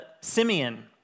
Simeon